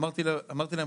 אמרתי להם,